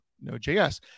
Node.js